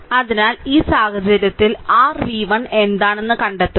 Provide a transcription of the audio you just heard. അതിനാൽ ഈ സാഹചര്യത്തിൽ r v1 എന്താണെന്ന് കണ്ടെത്തുക